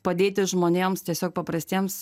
padėti žmonėms tiesiog paprastiems